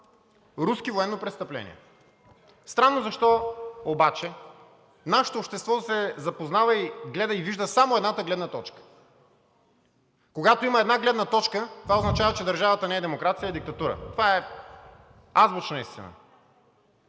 руски военнопрестъпления. Странно защо обаче нашето общество се запознава и гледа и вижда само едната гледна точка. Когато има една гледна точка, това означава, че държавата не е демокрация, а е диктатура – това е азбучна истина!